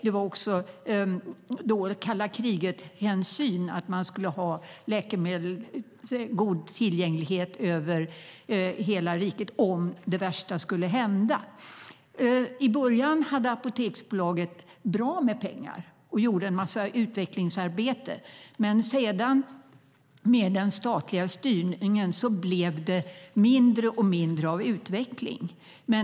Det var också kalla-kriget-hänsyn - man skulle ha en god tillgänglighet för läkemedel över hela riket om det värsta skulle hända.I början hade Apoteksbolaget bra med pengar och gjorde en massa utvecklingsarbete. Men sedan, med den statliga styrningen, blev det mindre och mindre utveckling.